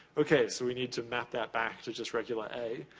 okay, so we need to map that back to just regular a.